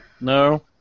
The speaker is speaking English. No